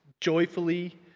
joyfully